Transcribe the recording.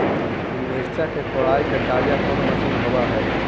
मिरचा के कोड़ई के डालीय कोन मशीन होबहय?